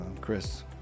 Chris